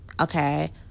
Okay